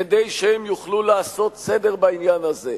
כדי שהם יוכלו לעשות סדר בעניין הזה.